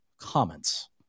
comments